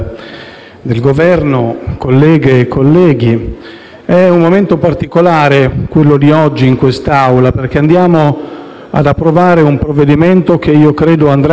del Governo, colleghe e colleghi, è un momento particolare quello di oggi in quest'Aula, perché andiamo ad approvare un provvedimento che credo andrà